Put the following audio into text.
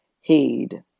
heed